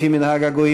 לפי מנהג הגויים,